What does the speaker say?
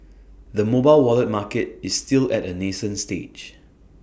the mobile wallet market is still at A nascent stage